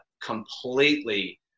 completely